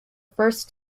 first